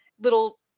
little